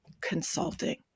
Consulting